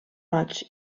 roig